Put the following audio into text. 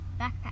Backpack